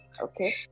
okay